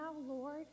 Lord